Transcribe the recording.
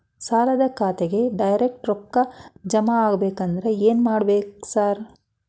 ಸಾಲದ ಖಾತೆಗೆ ಡೈರೆಕ್ಟ್ ರೊಕ್ಕಾ ಜಮಾ ಆಗ್ಬೇಕಂದ್ರ ಏನ್ ಮಾಡ್ಬೇಕ್ ಸಾರ್?